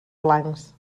blancs